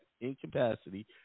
incapacity